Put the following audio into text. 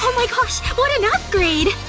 my gosh! what an upgrade!